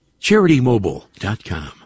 CharityMobile.com